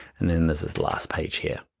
and then there's this last page here.